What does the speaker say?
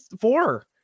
four